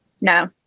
No